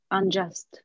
unjust